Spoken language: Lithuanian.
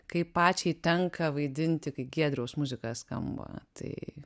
kai pačiai tenka vaidinti kai giedriaus muzika skamba tai